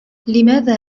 لماذا